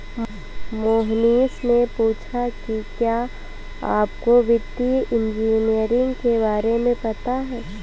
मोहनीश ने पूछा कि क्या आपको वित्तीय इंजीनियरिंग के बारे में पता है?